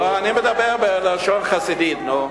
אתה עושה את זה, אני מדבר בלשון חסידית, נו.